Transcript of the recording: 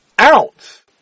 ounce